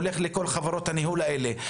הולך לכל חברות הניהול האלה.